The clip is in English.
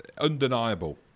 Undeniable